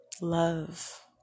love